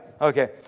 okay